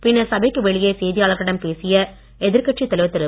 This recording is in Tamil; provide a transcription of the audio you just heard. பின்னர் சபைக்கு வெளியே செய்தியாளர்களிடம் பேசிய எதிர்கட்சித் தலைவர் திரு